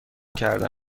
کرده